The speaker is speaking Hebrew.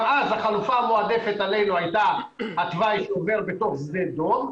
גם אז החלופה המועדפת עלינו הייתה התוואי שעובר בתוך שדה דב,